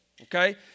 Okay